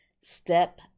step